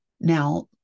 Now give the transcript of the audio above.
Now